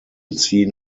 seen